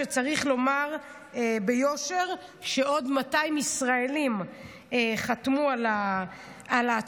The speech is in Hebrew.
צריך לומר ביושר שעוד 200 ישראלים חתמו על העצומה.